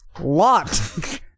Lot